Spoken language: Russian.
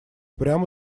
прямо